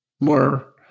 more